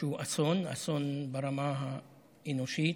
שהוא אסון, אסון ברמה האנושית,